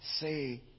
say